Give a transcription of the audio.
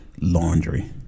laundry